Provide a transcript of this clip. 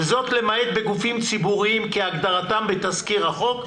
וזאת למעט בגופים ציבוריים כהגדרתם בתזכיר החוק.